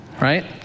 right